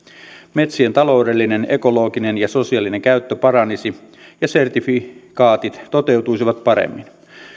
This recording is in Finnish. metsien taloudellinen ekologinen ja sosiaalinen käyttö paranisi ja sertifikaatit toteutuisivat paremmin